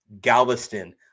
Galveston